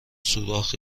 سوراخ